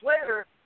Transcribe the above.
later